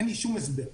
אין לי שום הסבר,